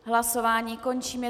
Hlasování končím.